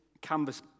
canvas